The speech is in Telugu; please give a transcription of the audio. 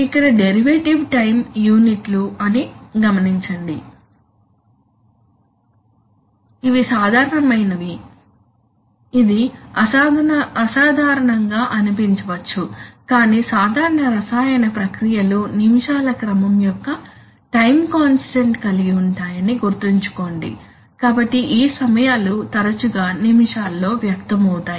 ఇక్కడ డెరివేటివ్ టైంయూనిట్ లు అని గమనించండి ఇవి అసాధారణమైనవి ఇది అసాధారణంగా అనిపించవచ్చు కాని సాధారణ రసాయన ప్రక్రియలు నిమిషాల క్రమం యొక్క టైం కాన్స్టాంట్ కలిగి ఉంటాయని గుర్తుంచుకోండి కాబట్టి ఈ సమయాలు తరచుగా నిమిషాల్లో వ్యక్తమవుతాయి